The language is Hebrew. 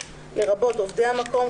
לרבות עובדי המקום,